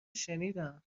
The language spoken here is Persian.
شنیدم